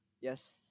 Yes